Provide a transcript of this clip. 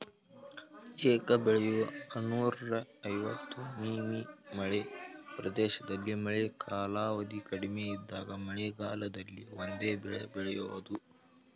ಏಕ ಬೆಳೆಯು ಆರ್ನೂರ ಐವತ್ತು ಮಿ.ಮೀ ಮಳೆ ಪ್ರದೇಶದಲ್ಲಿ ಮಳೆ ಕಾಲಾವಧಿ ಕಡಿಮೆ ಇದ್ದಾಗ ಮಳೆಗಾಲದಲ್ಲಿ ಒಂದೇ ಬೆಳೆ ಬೆಳೆಯೋದು